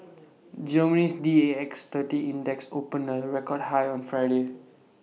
Germany's D A X thirty index opened A record high on Friday